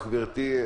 גברתי,